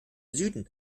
süden